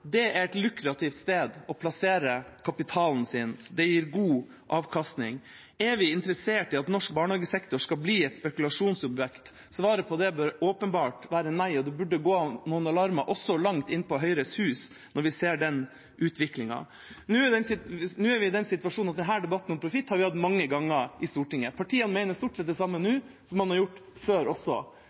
er et lukrativt sted å plassere kapitalen sin. Det gir god avkastning. Er vi interessert i at norsk barnehagesektor skal bli et spekulasjonsobjekt? Svaret på det bør åpenbart være nei, og det burde ringe noen alarmbjeller også langt inn i Høyres Hus når vi ser den utviklingen. Denne debatten om profitt har vi hatt mange ganger i Stortinget. Partiene mener stort sett det samme nå som man har gjort før.